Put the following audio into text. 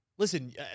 Listen